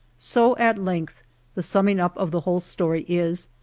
so at length the summing up of the whole story is,